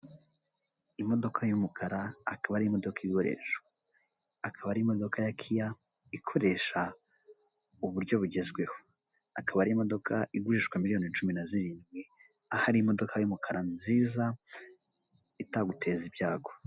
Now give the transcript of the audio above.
Imodoka y'umukara akaba ari imodoka ikoreshwa, akaba ari imodoka ya kiya ikoresha uburyo bugezweho, akaba ari imodoka igurishwa miliyoni cumi na zirindwi, ahari imodoka y'umukara nziza itaguteza ibyago.